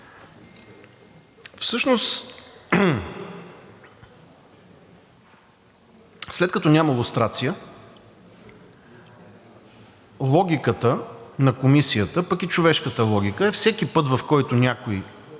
Всъщност, след като няма лустрация, логиката на Комисията, пък и човешката логика е всеки път, в който някой